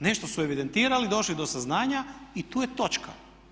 Nešto su evidentirali, došli do saznanja i tu je točka.